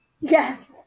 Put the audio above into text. yes